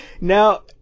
Now